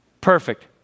Perfect